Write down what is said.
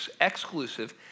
exclusive